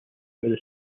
where